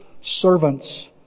servants